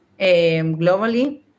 globally